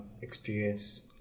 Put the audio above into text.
experience